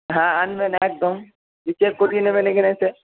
হ্যাঁ আনবেন একদম হিসেব কষিয়ে নেবেন এখানে এসে